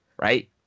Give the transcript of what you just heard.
right